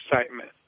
excitement